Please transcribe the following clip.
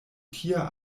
tia